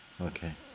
Okay